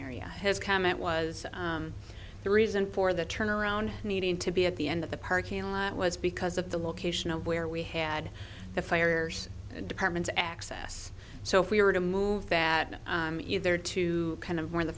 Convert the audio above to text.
area his comment was the reason for the turnaround needing to be at the end of the parking lot was because of the location of where we had the fire department's access so if we were to move bad either to kind of where the